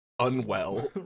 unwell